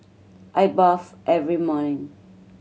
I bathe every morning